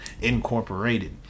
incorporated